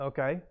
Okay